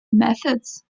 methods